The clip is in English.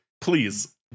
Please